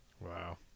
wow